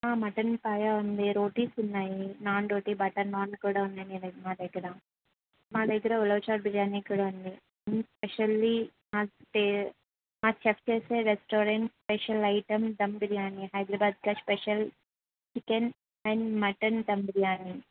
mutton paya ఉంది రోటీస్ ఉన్నాయి naan rotis butter naan కూడా ఉన్నాయి మా దగ్గర మా దగ్గర ఉలవచారు బిర్యానీ కూడా ఉంది స్పెషల్లీ మా చెఫ్ చేసే restaurant special item dum biryani Hyderabad కా special chicken and mutton dum biryani